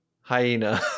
Hyena